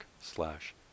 slash